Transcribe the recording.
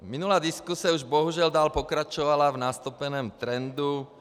Minulá diskuze už bohužel pokračovala v nastoupeném trendu.